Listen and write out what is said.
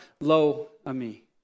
Lo-Ami